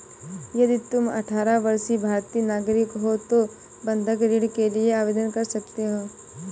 यदि तुम अठारह वर्षीय भारतीय नागरिक हो तो बंधक ऋण के लिए आवेदन कर सकते हो